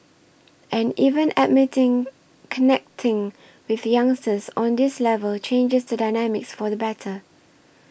and even admitting connecting with youngsters on this level changes the dynamics for the better